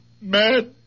mad